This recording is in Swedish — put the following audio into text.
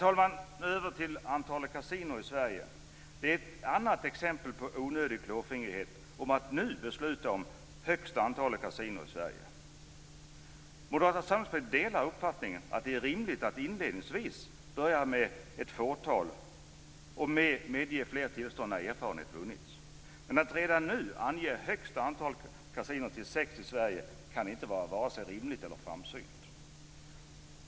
Fru talman! Ett annat exempel på onödig klåfingrighet är att nu besluta om högsta antalet kasinon i Sverige. Moderata samlingspartiet delar uppfattningen att det är rimligt att börja med ett fåtal och att medge flera tillstånd när erfarenhet vunnits. Men att redan nu ange det högsta antalet kasinon i Sverige till sex kan inte vara vare sig rimligt eller framsynt.